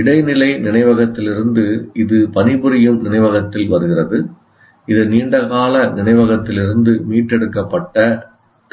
இடைநிலை நினைவகத்திலிருந்து இது பணிபுரியும் நினைவகத்தில் வருகிறது இது நீண்டகால நினைவகத்திலிருந்து மீட்டெடுக்கப்பட்ட